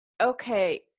Okay